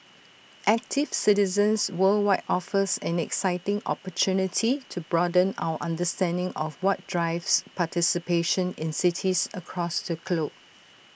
active Citizens Worldwide offers an exciting opportunity to broaden our understanding of what drives participation in cities across the globe